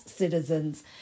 citizens